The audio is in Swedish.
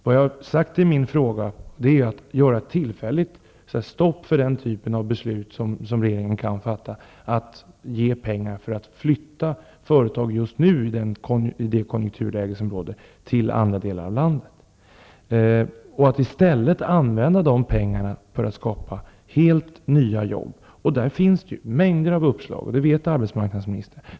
Vad jag har sagt i min fråga är att det bör göras ett tillfälligt stopp för den typ av beslut som regeringen kan fatta om att ge pengar för att flytta företag till andra delar av landet i rådande konjunkturläge. I stället bör man använda de pengarna för att skapa helt nya jobb. Det finns mängder av uppslag -- det vet arbetsmarknadsministern.